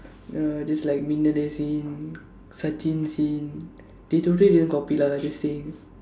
uh this is like Minnale scene Sachin scene they totally didn't copy lah but just saying